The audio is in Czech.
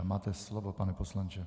Máte slovo, pane poslanče.